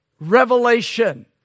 revelation